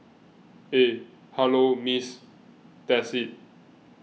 eh hello Miss that's it